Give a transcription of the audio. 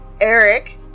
eric